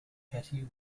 petty